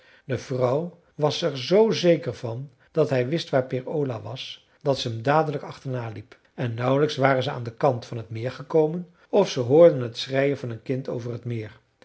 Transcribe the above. de vrouw was er zoo zeker van dat hij wist waar peer ola was dat ze hem dadelijk achterna liep en nauwelijks waren zij aan den kant van t meer gekomen of ze hoorden het schreien van een kind over t meer